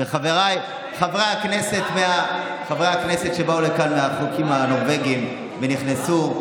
חבריי חברי הכנסת שבאו לכאן עם חוקים הנורבגים ונכנסו,